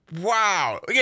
Wow